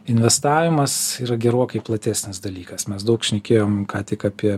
investavimas yra gerokai platesnis dalykas mes daug šnekėjom ką tik apie